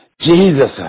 Jesus